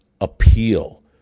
appeal